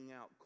out